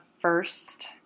first